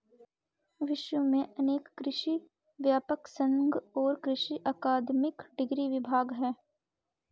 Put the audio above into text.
विश्व में अनेक कृषि व्यापर संघ और कृषि अकादमिक डिग्री विभाग है